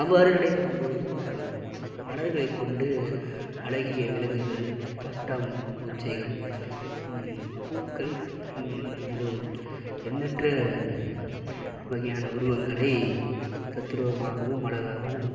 அவ்வாறு நடைபெறும்போது மலர்களை கொண்டு அழகிய விலங்குகள் பட்டாம்பூச்சிகள் பூக்கள் மேலும் எண்ணற்ற வகையான உருவங்களை தத்ரூபமாகவும் அழகாகவும்